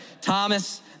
Thomas